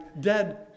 dead